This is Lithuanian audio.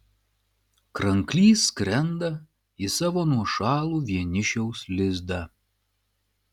kranklys skrenda į savo nuošalų vienišiaus lizdą